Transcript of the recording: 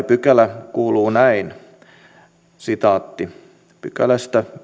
pykälä kuuluu näin sitaatti viidennestäkymmenennestä pykälästä